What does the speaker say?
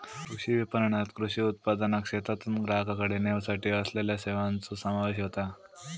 कृषी विपणणात कृषी उत्पादनाक शेतातून ग्राहकाकडे नेवसाठी असलेल्या सेवांचो समावेश होता